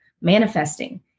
manifesting